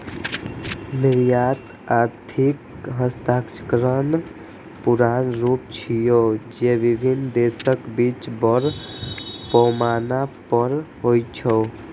निर्यात आर्थिक हस्तांतरणक पुरान रूप छियै, जे विभिन्न देशक बीच बड़ पैमाना पर होइ छै